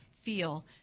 feel